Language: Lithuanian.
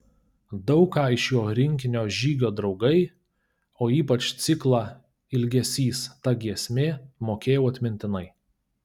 daug ką iš jo rinkinio žygio draugai o ypač ciklą ilgesys ta giesmė mokėjau atmintinai